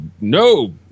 no